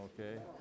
Okay